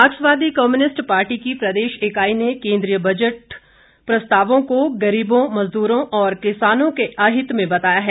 मार्क्सवादी communist party की प्रदेश इकाई ने केन्द्रीय बजट प्रस्तावों को गरीबों मजदूरों और किसानों के अहित में बताया है